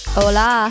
Hola